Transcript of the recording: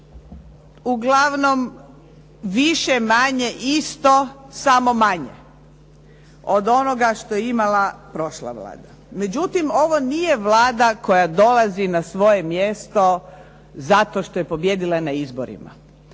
Uglavnom više-manje isto samo manje od onoga što je imala prošla Vlada. Međutim, ovo nije Vlada koja dolazi na svoje mjesto zato što je pobijedila na izborima,